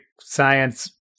science